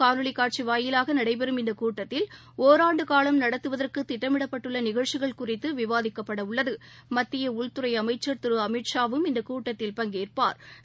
காணொலிகாட்சிவாயிலாகநடைபெறும் இந்தகூட்டத்தில் ஒராண்டுகாலம் நடத்துவதற்குதிட்டமிடப்பட்டுள்ளநிகழ்ச்சிகள் குறித்துவிவாதிக்கப்படஉள்ளது மத்தியஉள்துறைஅமைச்சர் திருஅமித்ஷா வும் இந்தகூட்டத்தில் பங்கேற்பாா்